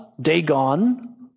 Dagon